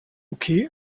okay